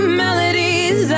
melodies